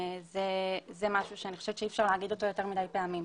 זה משהו שאני חושבת שאי אפשר להגיד אותו יותר מדי פעמים.